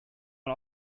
man